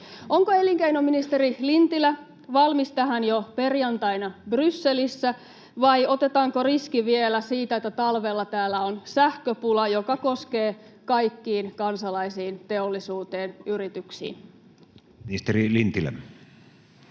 Onko elinkeinoministeri Lintilä valmis tähän jo perjantaina Brysselissä, vai otetaanko vielä riski siitä, että talvella täällä on sähköpula, joka koskee kaikkiin kansalaisiin, teollisuuteen, yrityksiin? Ministeri Lintilä.